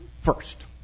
first